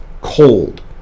cold